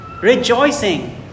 Rejoicing